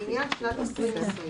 לעניין שנת 2020,